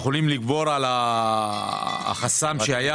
יכולים לגבור על החסם שהיה,